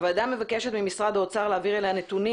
הוועדה מבקשת ממשרד האוצר להעביר אליה נתונים